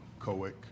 Coic